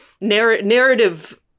narrative